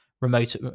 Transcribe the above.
remote